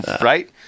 Right